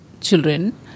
children